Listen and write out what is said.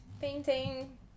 painting